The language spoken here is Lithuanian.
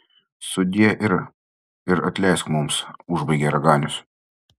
sudie ir ir atleisk mums užbaigė raganius